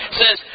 says